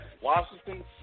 Washington